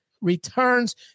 returns